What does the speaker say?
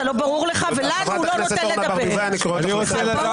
מחדר הוועדה.) מה זאת ההתנהגות הזאת?